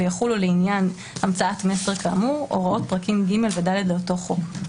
ויחולו לעניין המצאת מסר כאמור הוראות פרקים ג' ו-ד' לאותו חוק".